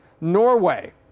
Norway